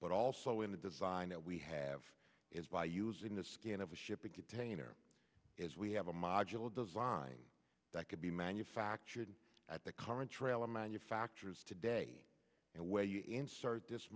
but also in the design that we have is by using the skin of a shipping container as we have a modular design that could be manufactured at the current trailer manufacturers today and where you insert this